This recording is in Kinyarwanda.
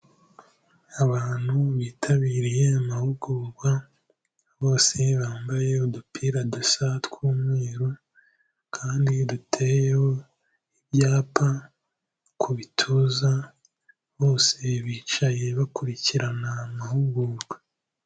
Abantu bitabiriye amahugurwa, bose bambaye udupira dusa tw'umweru kandi duteyeho ibyapa ku bituza, bose bicaye bakurikirana amahugurwa.